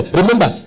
remember